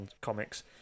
comics